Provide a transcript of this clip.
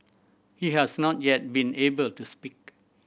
he has not yet been able to speak